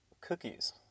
Cookies